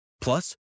Plus